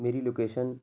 میری لوکیشن